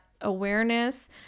awareness